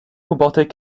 comportait